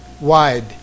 wide